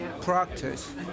practice